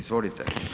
Izvolite.